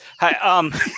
Hi